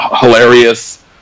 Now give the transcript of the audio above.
hilarious